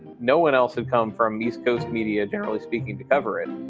no one else had come from east coast media, generally speaking, to everett